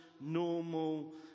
normal